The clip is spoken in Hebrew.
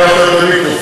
לקחת את המיקרופון.